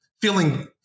feeling